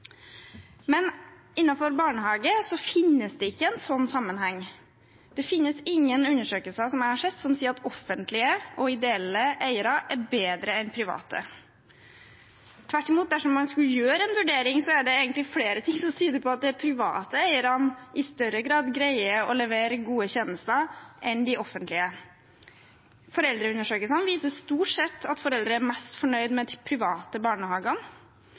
Men innenfor barnehage finnes det ikke en sånn sammenheng. Det finnes ingen undersøkelser som jeg har sett, som sier at offentlige og ideelle eiere er bedre enn private. Tvert imot, dersom man skulle gjøre en vurdering, er det egentlig flere ting som tyder på at de private eierne i større grad greier å levere bedre tjenester enn de offentlige. Foreldreundersøkelsene viser stort sett at foreldre er mest fornøyd med de private barnehagene.